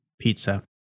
pizza